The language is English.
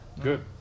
Good